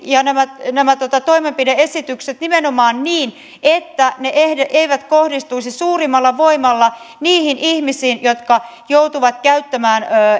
ja nämä nämä toimenpide esitykset nimenomaan niin että ne eivät kohdistuisi suurimmalla voimalla niihin ihmisiin jotka joutuvat käyttämään